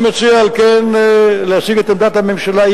אני מציע, על כן, להציג את עמדת הממשלה.